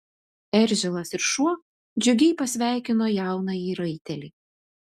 eržilas ir šuo džiugiai pasveikino jaunąjį raitelį